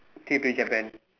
trip to Japan